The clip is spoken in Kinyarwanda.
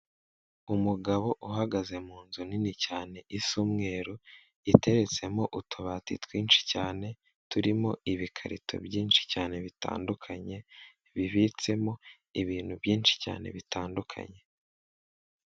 Umugabo uhagaze mu nzu nini cyane isa umweru, itereretsemo utubati twinshi cyane, turimo ibikarito byinshi cyane bitandukanye, bibitsemo ibintu byinshi cyane bitandukanye.